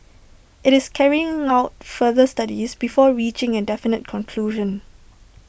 IT is carrying out further studies before reaching A definite conclusion